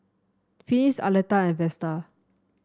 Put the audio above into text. Finis Aleta and Vesta